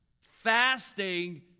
Fasting